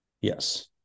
Yes